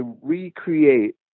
recreate